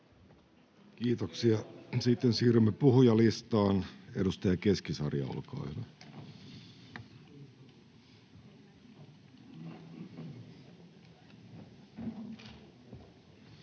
Kiitoksia. — Sitten siirrymme puhujalistaan. Edustaja Keskisarja, olkaa hyvä. Arvoisa